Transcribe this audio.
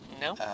No